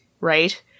right